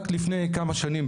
רק לפני כמה שנים,